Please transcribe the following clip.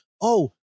oh-